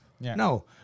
No